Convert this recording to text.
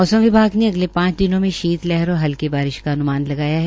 मौसम विभाग ने अगले पांच दिनों में शीत लहर और हल्की बारिश का अन्मान लगाया है